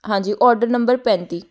ਹਾਂਜੀ order number ਪੈਂਤੀ